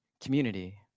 community